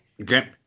Okay